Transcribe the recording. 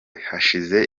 hashize